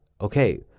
okay